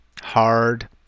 hard